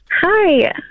Hi